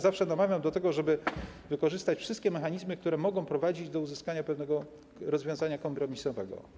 Zawsze namawiam do tego, żeby wykorzystać wszystkie mechanizmy, które mogą prowadzić do uzyskania pewnego rozwiązania kompromisowego.